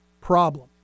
problem